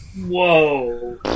Whoa